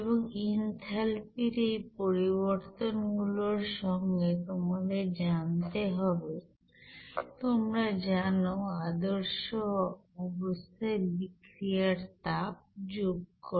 এবং এনথালপির এই পরিবর্তনগুলোর সঙ্গে তোমাদের জানতে হবে তোমরা জানো আদর্শ অবস্থায় বিক্রিয়ার তাপ যোগ করা